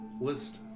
list